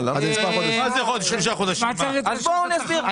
אז בואו אני אסביר.